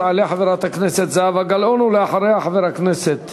תעלה חברת הכנסת זהבה גלאון, ולאחריה, חבר הכנסת